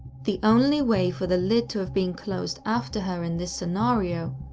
the only way for the lid to have been closed after her in this scenario,